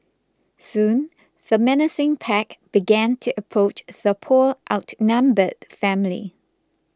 soon the menacing pack began to approach the poor outnumbered family